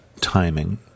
timing